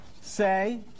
say